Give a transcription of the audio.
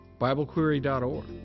biblequery.org